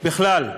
בכלל.